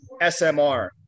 SMR